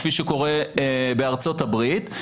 כפי שקורה בארצות הברית,